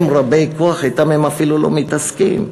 הם רבי כוח, אתם הם אפילו לא מתעסקים.